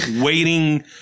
waiting